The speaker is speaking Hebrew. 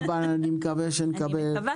מקווה.